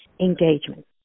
engagement